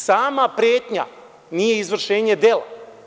Sama pretnja nije izvršenje dela.